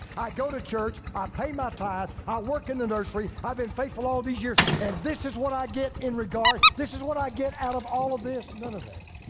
i go to church, i pay my tithe, i work in the nursery. i've been faithful all these years, and this is what i get in regard? this is what i get out of all of this? none of that.